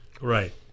Right